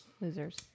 losers